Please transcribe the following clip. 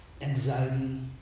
anxiety